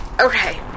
Okay